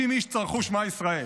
50 איש צרחו שמע ישראל.